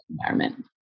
environment